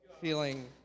feeling